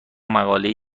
مقالهای